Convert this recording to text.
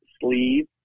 sleeve